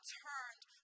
turned